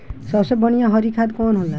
सबसे बढ़िया हरी खाद कवन होले?